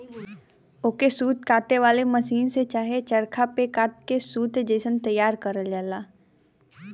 ओके सूत काते वाले मसीन से चाहे चरखा पे कात के सूत जइसन तइयार करल जाला